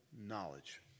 knowledge